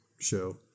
show